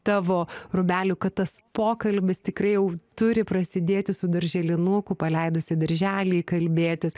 tavo rūbelių kad tas pokalbis tikrai jau turi prasidėti su darželinuku paleidus į darželį kalbėtis